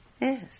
Yes